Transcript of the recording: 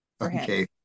okay